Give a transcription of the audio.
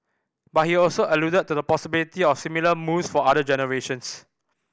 but he also alluded to the possibility of similar moves for other generations